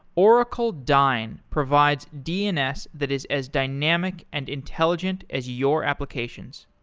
oracle dyn provides dns that is as dynamic and intelligent as your applications.